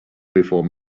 before